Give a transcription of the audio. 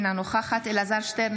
אינה נוכחת אלעזר שטרן,